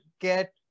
get